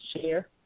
share